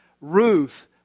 Ruth